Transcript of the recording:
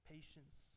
Patience